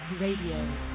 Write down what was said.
Radio